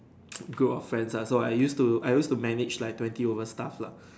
group of friends also I used to I used to manage like twenty over staff lah